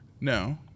No